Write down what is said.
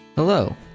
Hello